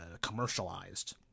commercialized